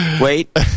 Wait